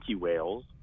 whales